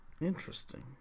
Interesting